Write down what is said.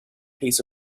piece